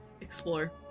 explore